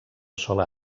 sola